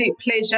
pleasure